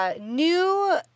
New